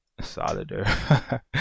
solider